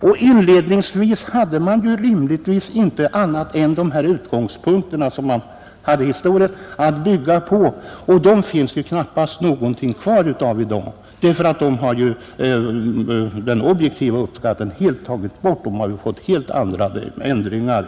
Men till att börja med hade man ju ingenting annat än de subjektiva proven att bygga på, av det materialet finns det ju knappast kvar någonting i dag. Det har den objektiva uppskattningsmetoden tagit bort, och man har nu fått helt andra områden.